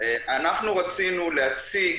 רצינו להציג